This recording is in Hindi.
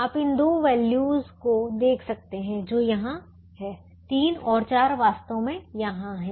आप इन दो वैल्यू को देख सकते हैं जो यहां हैं 3 और 4 वास्तव में यहां हैं